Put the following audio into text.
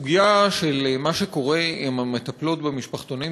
הסוגיה של מה שקורה עם המטפלות במשפחתונים,